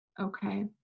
Okay